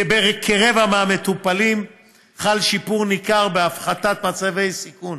בכרבע מהמטופלים חל שיפור ניכר בהפחתת מצבי סיכון,